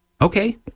Okay